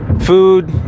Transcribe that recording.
Food